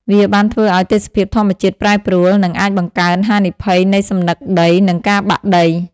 វាបានធ្វើឲ្យទេសភាពធម្មជាតិប្រែប្រួល និងអាចបង្កើនហានិភ័យនៃសំណឹកដី និងការបាក់ដី។